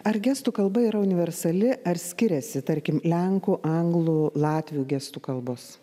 ar gestų kalba yra universali ar skiriasi tarkim lenkų anglų latvių gestų kalbos